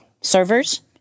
servers